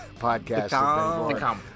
podcast